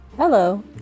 Hello